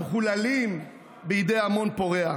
המחוללים בידי ההמון הפורע.